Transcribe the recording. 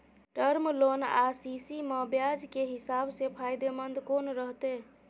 Term loan आ CC म ब्याज के हिसाब से फायदेमंद कोन रहते?